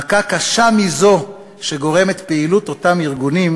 מכה קשה מזו שגורמת פעילות אותם ארגונים,